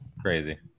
Crazy